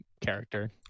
Character